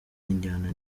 injyana